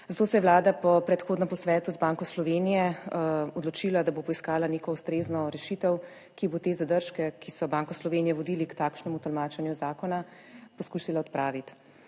Zato se je Vlada po predhodnem posvetu z Banko Slovenije odločila, da bo poiskala neko ustrezno rešitev, ki bo te zadržke, ki so Banko Slovenije vodili k takšnemu tolmačenju zakona, poskusila odpraviti.